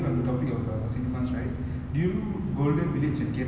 I think to become because uh you know